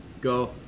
go